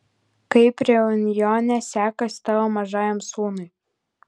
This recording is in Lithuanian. kaip reunjone sekasi tavo mažajam sūnui